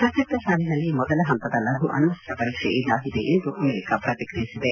ಪ್ರಸಕ್ತ ಸಾಲಿನಲ್ಲಿ ಮೊದಲ ಹಂತದ ಲಘು ಅಣ್ಣಸ್ತ್ರ ಪರೀಕ್ಷೆ ಇದಾಗಿದೆ ಎಂದು ಅಮೆರಿಕ ಪ್ರತಿಕ್ರಿಯಿಸಿದೆ